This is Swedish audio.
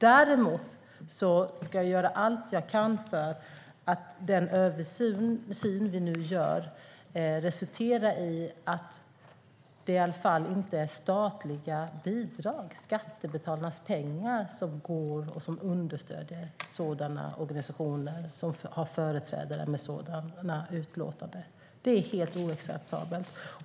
Däremot ska jag göra allt jag kan för att den översyn vi nu gör resulterar i att det i alla fall inte är statliga bidrag, skattebetalarnas pengar, som går till och understöder organisationer som har företrädare som kommer med sådana uttalanden. Det är helt oacceptabelt.